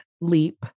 Leap